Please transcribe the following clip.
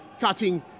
cutting